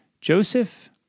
Joseph